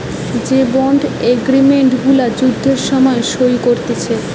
যে bond agreement গুলা যুদ্ধের সময় সই করতিছে